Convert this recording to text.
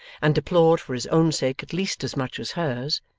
and deplored for his own sake at least as much as hers,